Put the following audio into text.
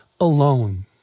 alone